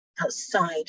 Outside